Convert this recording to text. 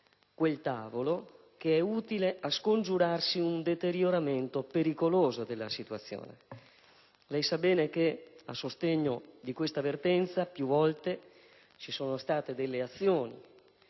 quel tavolo, utile a scongiurare un deterioramento pericoloso della situazione. È noto che a sostegno di questa vertenza più volte vi sono state azioni